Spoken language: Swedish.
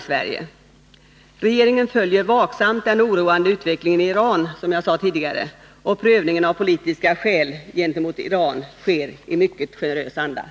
Är inte dessa kurder att betrakta som politiska flyktingar med den rätt till skydd som den svenska lagstiftningen stipulerar?